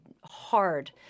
hard